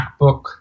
MacBook